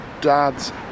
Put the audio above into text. dads